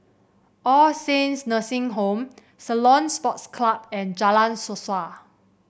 All Saints Nursing Home Ceylon Sports Club and Jalan Suasa